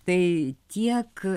tai tiek